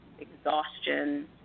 exhaustion